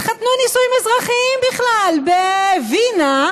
התחתנו בנישואים אזרחיים בכלל בווינה,